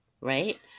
right